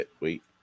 Wait